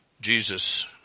Jesus